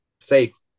faith